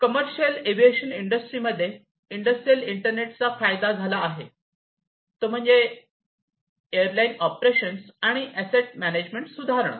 commercial aviation industry मध्ये industrial इंटरनेटचा फायदा झाला आहे तो म्हणजे एअरलाइन ऑपरेशन्स आणि एसेट मॅनेजमेंट सुधारणा